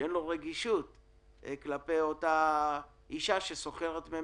שאין לו רגישות כלפי אותה אישה ששוכרת מהם